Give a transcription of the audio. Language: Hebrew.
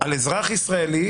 על אזרח ישראלי,